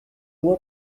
rua